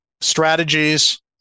strategies